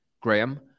Graham